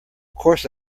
course